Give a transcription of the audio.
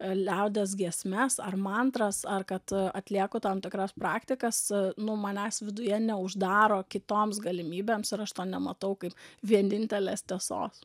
liaudies giesmes ar mantras ar kad atlieku tam tikras praktikas nu manęs viduje neuždaro kitoms galimybėms ir aš to nematau kaip vienintelės tiesos